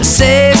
say